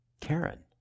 Karen